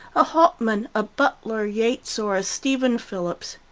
a hauptmann, a butler yeats, or a stephen phillips.